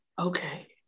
Okay